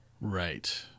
Right